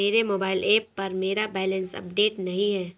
मेरे mobile app पर मेरा बैलेंस अपडेट नहीं है